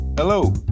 Hello